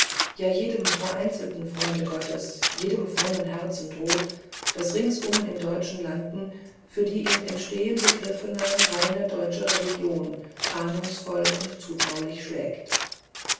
ja jedem vereinzelten freunde gottes jedem frommen herzen droht das ringsum in deutschen landen für die im entstehen begriffene reine deutsche religion ahnungsvoll und zutraulich schlägt